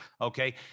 okay